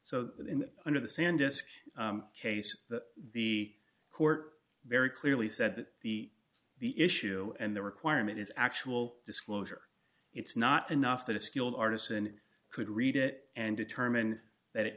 in under the sandusky case that the court very clearly said that the the issue and the requirement is actual disclosure it's not enough that a skilled artisan could read it and determine that it